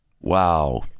Wow